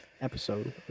episode